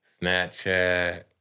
Snapchat